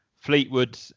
Fleetwood